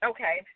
Okay